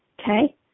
Okay